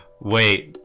Wait